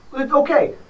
Okay